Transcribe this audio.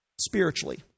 spiritually